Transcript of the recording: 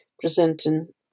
presenting